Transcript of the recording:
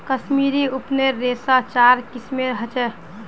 कश्मीरी ऊनेर रेशा चार किस्मेर ह छे